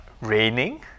raining